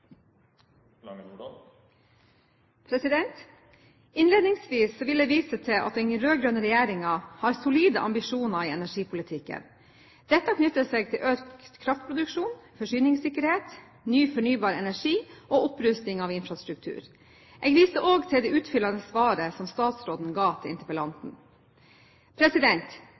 vil jeg vise til at den rød-grønne regjeringen har solide ambisjoner i energipolitikken. Dette knytter seg til økt kraftproduksjon, forsyningssikkerhet, ny fornybar energi og opprusting av infrastruktur. Jeg viser også til det utfyllende svaret som statsråden ga